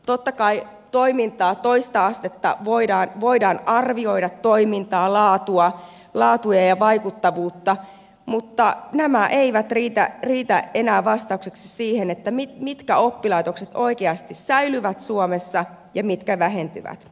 totta kai toista astetta voidaan arvioida toimintaa laatua ja vaikuttavuutta mutta nämä eivät riitä enää vastaukseksi siihen mitkä oppilaitokset oikeasti säilyvät suomessa ja mitkä vähentyvät